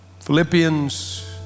Philippians